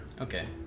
okay